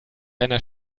einer